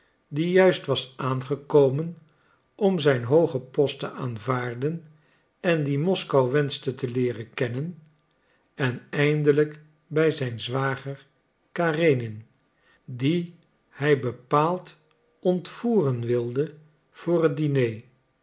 die juist was aangekomen om zijn hoogen post te aanvaarden en die moskou wenschte te leeren kennen en eindelijk bij zijn zwager karenin dien hij bepaald ontvoeren wilde voor het diner